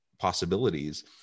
Possibilities